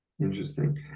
interesting